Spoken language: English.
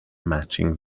matching